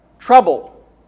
Trouble